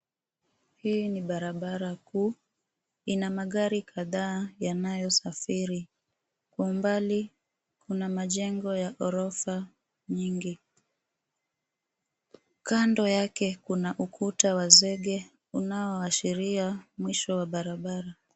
Hii ni barabara kuu ina magari kadhaa na yanayosafiri. Kwa mbali kuna majengo ya ghorofa nyingi. Kando yake kuna ukuta wa zege unaoashiria mwisho wa barabara.